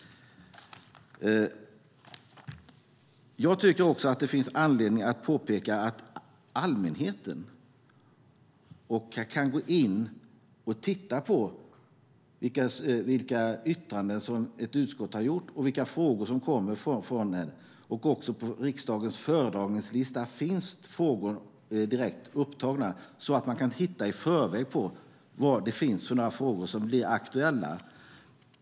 Det finns också anledning att påpeka att allmänheten kan gå in och titta på vilka yttranden ett utskott har gjort och vilka frågor som kommer från utskottet. Och på riksdagens föredragningslista finns frågor upptagna så att man i förväg kan se vilka frågor som blir aktuella.